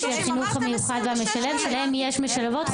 להלן תרגומם: 30,000 תלמידים בחינוך המיוחד והמשלב שלהם יש משלבות,